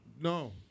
No